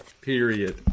Period